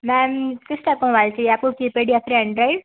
ma'am किस type का mobile चाहिए आपको कीपैड या फिर एंड्रॉइड